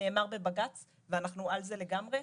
שנאמר בבג"צ ואנחנו על זה לגמרי,